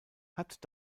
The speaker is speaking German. hat